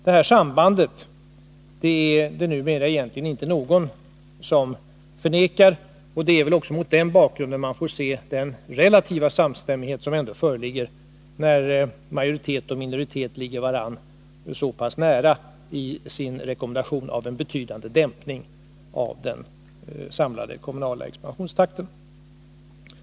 Detta samband är det numera egentligen inte någon som förnekar, och det är väl också mot den bakgrunden man får se den relativa samstämmighet som ändå föreligger när majoritet och minoritet ligger varandra så pass nära i sin rekommendation av en betydande dämpning av den samlade kommunala expansionstakten.